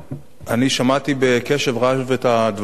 אני שמעתי בקשב רב את הדברים,